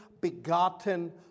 begotten